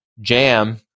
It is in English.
jam